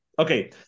Okay